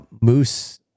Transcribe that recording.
moose